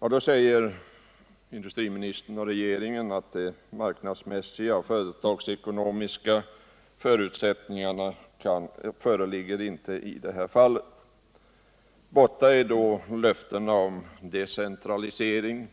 Jo, då säger industriministern och regeringen att de marknadsmässiga och företagsekonomiska förutsättningarna inte föreligger i det här fallet. Borta är då löftena om decentralisering.